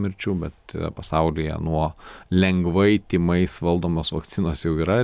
mirčių bet pasaulyje nuo lengvai tymais valdomos vakcinos jau yra